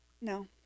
no